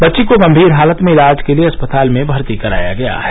बच्ची को गम्भीर हालत में इलाज के लिए अस्पताल में भर्ती कराया गया है